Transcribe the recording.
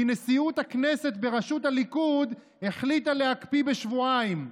כי נשיאות הכנסת בראשות הליכוד החליטה להקפיא לשבועיים.